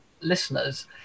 listeners